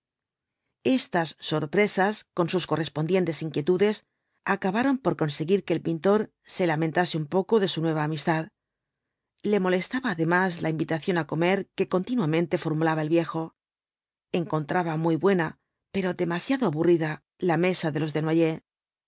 estas sorpresas con sus correspondientes inquietudes acabaron por conseguir que el pintor se lamentase un poco de su nueva amistad le molestaba además la invitación á comer que continuamente formulaba el viejo encontraba muy buena pero demasiado aburrida la mesa de los